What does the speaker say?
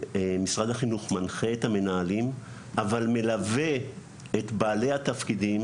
משרד החינוך מנחה את המנהלים אבל מלווה את בעלי התפקידים.